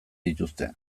dituzte